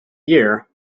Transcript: year